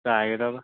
ꯆꯥꯏꯒꯗꯕ